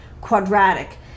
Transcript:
quadratic